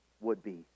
would-be